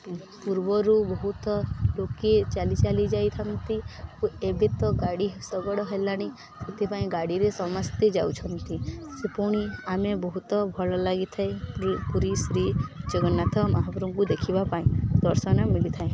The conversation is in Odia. ପୂର୍ବରୁ ବହୁତ ଲୋକେ ଚାଲି ଚାଲି ଯାଇଥାନ୍ତି ଓ ଏବେ ତ ଗାଡ଼ି ଶଗଡ଼ ହେଲାଣି ସେଥିପାଇଁ ଗାଡ଼ିରେ ସମସ୍ତେ ଯାଉଛନ୍ତି ସେ ପୁଣି ଆମେ ବହୁତ ଭଲ ଲାଗିଥାଏ ପୁରୀ ଶ୍ରୀ ଜଗନ୍ନାଥ ମହାପରଙ୍କୁ ଦେଖିବା ପାଇଁ ଦର୍ଶନ ମିଳିଥାଏ